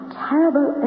terrible